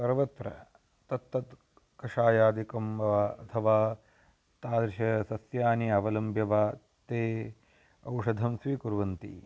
सर्वत्र तत्तत् कषायादिकं वा अथवा तादृश सस्यानि अवलम्ब्य वा ते औषधं स्वीकुर्वन्ति